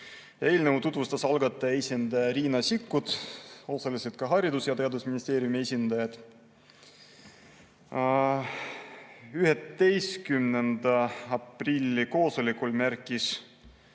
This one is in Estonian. Eelnõu tutvustas algataja esindaja Riina Sikkut, osaliselt ka Haridus‑ ja Teadusministeeriumi esindajad.11. aprilli koosolekul märkis